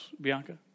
Bianca